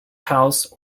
house